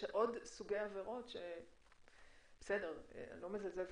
אני לא מזלזלת,